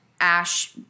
Ash